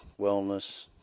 wellness